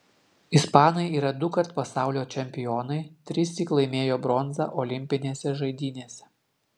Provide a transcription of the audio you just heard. ispanai yra dukart pasaulio čempionai trissyk laimėjo bronzą olimpinėse žaidynėse